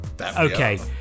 okay